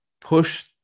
push